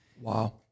Wow